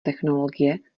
technologie